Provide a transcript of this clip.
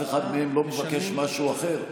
אף אחד מהם לא מבקש משהו אחר.